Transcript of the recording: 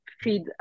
feed